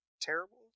terrible